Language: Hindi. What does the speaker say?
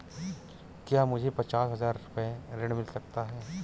क्या मुझे पचास हजार रूपए ऋण मिल सकता है?